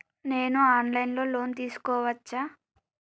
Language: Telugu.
నేను ఆన్ లైన్ లో లోన్ తీసుకోవచ్చా?